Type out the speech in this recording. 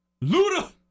Luda